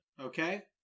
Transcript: Okay